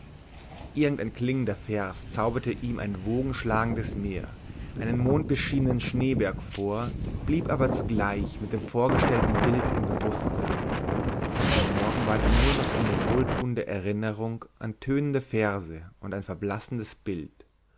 ein klingender vers zauberte ihm ein wogenschlagendes meer einen mondbeschienenen schneeberg vor blieb aber zugleich mit dem vorgestellten bild im bewußt sein am morgen war dann nur noch eine wohltuende erinnerung an tönende verse und ein verblassendes bild